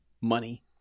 money